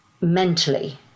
mentally